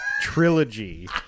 trilogy